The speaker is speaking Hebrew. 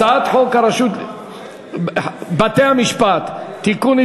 הצעת חוק בתי-המשפט (תיקון,